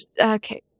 okay